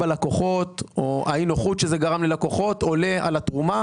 בלקוחות או אי הנוחות שזה גרם ללקוחות עולה על התרומה